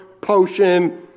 potion